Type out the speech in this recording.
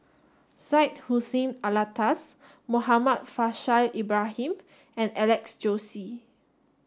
Syed Hussein Alatas Muhammad Faishal Ibrahim and Alex Josey